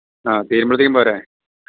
ആ തീരുമ്പോഴത്തേക്കും പോരെ